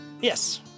Yes